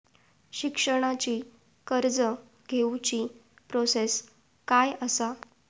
शिक्षणाची कर्ज घेऊची प्रोसेस काय असा?